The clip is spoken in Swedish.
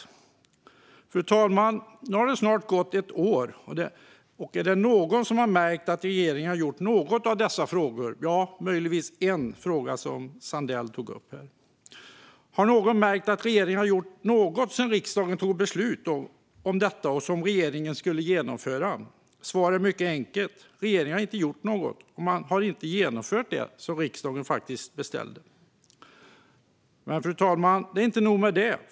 Fru talman! Nu har det snart gått ett år. Är det någon som har märkt att regeringen gjort något i dessa frågor? Ja, möjligtvis i en fråga som Sandell tog upp. Har någon märkt att regeringen har gjort något som riksdagen tog beslut om och som regeringen skulle genomföra? Svaret är mycket enkelt: Regeringen har inte gjort något, och man har inte genomfört det som riksdagen beställde. Men, fru talman, det är inte nog med det.